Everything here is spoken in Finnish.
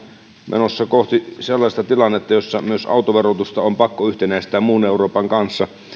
menossa kohti sellaista tilannetta jossa myös autoverotusta on pakko yhtenäistää muun euroopan kanssa